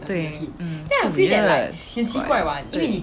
对 feel weird 奇怪